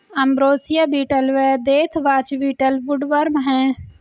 ambrosia beetle व deathwatch beetle woodworm हैं